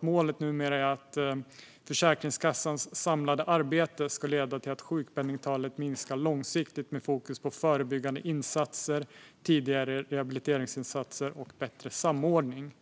Målet är numera att Försäkringskassans samlade arbete ska leda till att sjukpenningtalet minskar långsiktigt med fokus på förebyggande insatser, tidigare rehabiliteringsinsatser och bättre samordning.